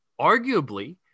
arguably